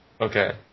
Okay